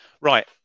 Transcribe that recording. Right